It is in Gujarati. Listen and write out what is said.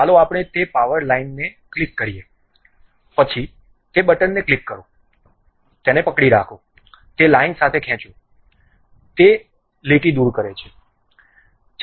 ચાલો આપણે તે પાવર લાઈનને ક્લિક કરીએ પછી તે બટનને ક્લિક કરો તેને પકડી રાખો તે લાઈન સાથે ખેંચો તે તે લીટીને દૂર કરે છે